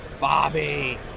Bobby